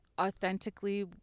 authentically